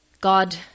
God